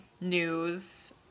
news